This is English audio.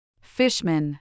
Fishman